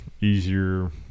easier